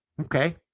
Okay